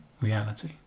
reality